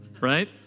right